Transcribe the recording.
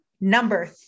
number